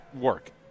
work